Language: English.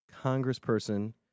Congressperson